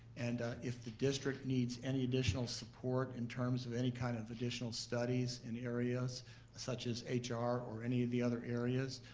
and if the district needs any additional support in terms of any kind of additional studies in areas such as ah hr or any of the other areas,